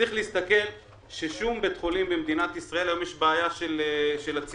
צריך לראות ששום בית חולים במדינת ישראל היום יש בעיה של הציבוריים,